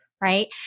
right